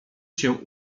się